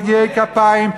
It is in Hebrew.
יגעי כפיים,